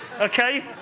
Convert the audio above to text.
okay